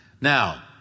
Now